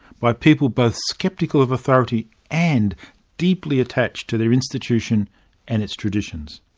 by people both sceptical of authority and deeply attached to their institution and its traditions.